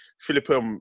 Philippe